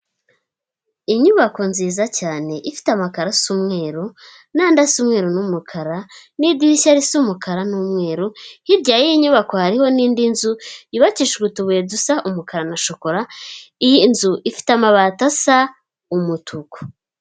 Inyubako nziza cyane ifite amakaro asa umweru n'andi ase umweru n'umukara, n'idirishya risa umukara n'umweru, hirya yiyi nyubako hariho n'indi nzu yubakishijwe utubuye dusa umukara na shokora, iyi nzu ifite amabati asa umutuku.